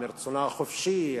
מרצונה החופשי,